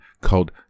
called